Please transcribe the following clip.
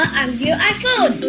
yeah iphone.